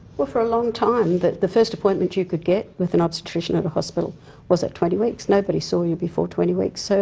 but for a long time, the first appointment you could get with an obstetrician at a hospital was at twenty weeks. nobody saw you before twenty weeks. so